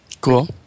Cool